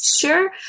Sure